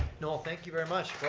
noel, thank you very much,